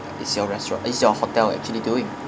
is your restaurant is your hotel actually doing